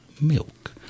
milk